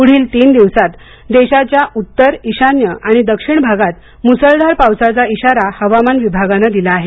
पुढील तीन दिवसात देशाच्या उत्तर ईशान्य आणि दक्षिण भागात मुसळधार पावसाचा इशारा हवामान विभागाने दिला आहे